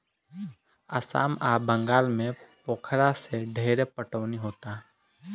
आसाम आ बंगाल में पोखरा से ढेरे पटवनी होता